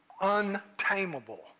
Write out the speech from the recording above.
untamable